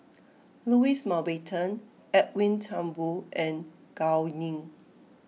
Louis Mountbatten Edwin Thumboo and Gao Ning